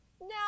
no